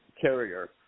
carrier